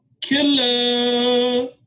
killer